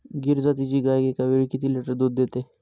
गीर जातीची गाय एकावेळी किती लिटर दूध देते?